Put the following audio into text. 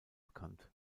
bekannt